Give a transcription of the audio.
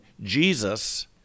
Jesus